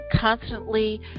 constantly